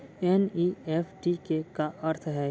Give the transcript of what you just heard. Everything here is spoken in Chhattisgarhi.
एन.ई.एफ.टी के का अर्थ है?